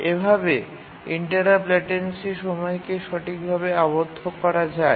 এভাবে interrupt latency সময়কে সঠিকভাবে আবদ্ধ করা যায়